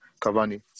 Cavani